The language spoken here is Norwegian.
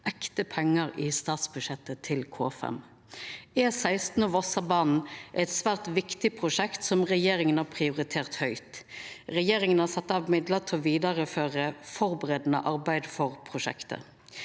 ekte – pengar i statsbudsjettet til K5. E16 og Vossabanen er eit svært viktig prosjekt som regjeringa har prioritert høgt. Regjeringa har sett av midlar til å vidareføra førebuande arbeid for prosjektet.